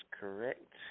correct